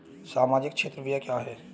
सामाजिक क्षेत्र व्यय क्या है?